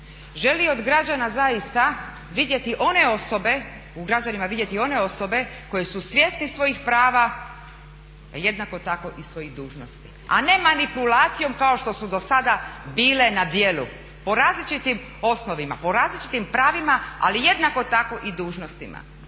želi od građana zaista vidjeti one osobe, u građanima vidjeti one osobe koje su svjesne svojih prava, pa jednako tako i svojih dužnosti, a ne manipulacijom kao što su dosada bile na djelu po različitim osnovima, po različitim pravima ali jednako tako i dužnostima.